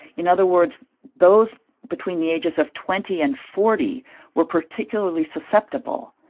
in other words, those between the ages of twenty and forty were particularly susceptible.